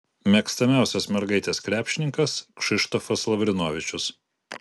mėgstamiausias mergaitės krepšininkas kšištofas lavrinovičius